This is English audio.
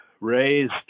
raised